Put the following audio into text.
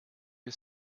you